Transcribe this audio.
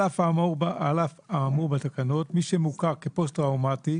על אף האמור בתקנות מי שמוכר כפוסט טראומטי,